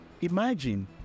imagine